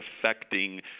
affecting